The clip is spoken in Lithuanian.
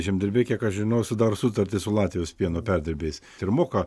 žemdirbiai kiek aš žinau sudaro sutartis su latvijos pieno perdirbėjais ir moka